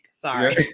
Sorry